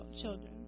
Children